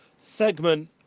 segment